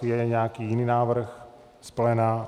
Je nějaký jiný návrh z pléna?